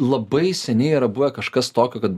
labai seniai yra buvę kažkas tokio kad